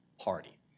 party